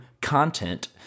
content